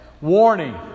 Warning